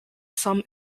some